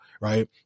right